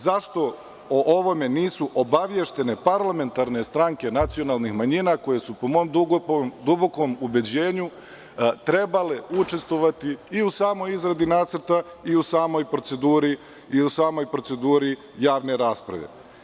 Zašto o ovome nisu obaveštene parlamentarne stranke nacionalnih manjina koje su po mom dubokom ubeđenju trebale učestvovati i u samoj izradi nacrta i u samoj proceduri javne rasprave?